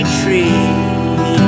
tree